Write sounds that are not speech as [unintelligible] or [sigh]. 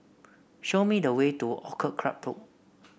show me the way to Orchid Club [unintelligible]